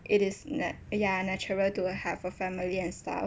it is na~ ya natural to have a family and stuff